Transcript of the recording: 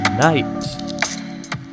night